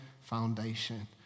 foundation